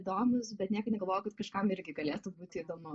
įdomūs bet niekad negalvojau kad kažkam irgi galėtų būti įdomu